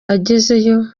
agezeyo